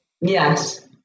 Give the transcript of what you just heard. Yes